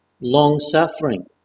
long-suffering